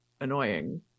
annoying